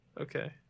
Okay